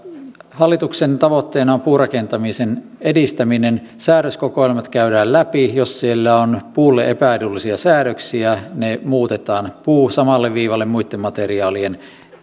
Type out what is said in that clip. hallituksen tavoitteena on puurakentamisen edistäminen säädöskokoelmat käydään läpi jos siellä on puulle epäedullisia säädöksiä ne muutetaan puu samalle viivalle muitten materiaalien